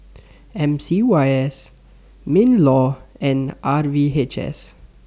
M C Y S MINLAW and R V H S